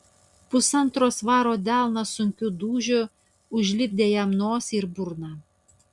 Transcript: pusantro svaro delnas sunkiu dūžiu užlipdė jam nosį ir burną